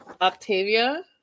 Octavia